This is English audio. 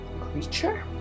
creature